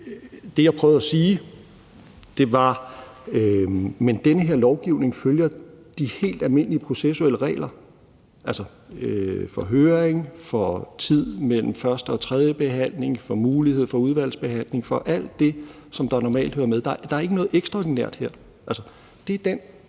Det, jeg prøvede at sige, var, at den her lovgivning følger de helt almindelige processuelle regler. Det er med hensyn til høring, tiden mellem første, anden og tredje behandling, mulighed for udvalgsbehandling – alt det, der normalt følger med. Der er ikke noget ekstraordinært her. Det er de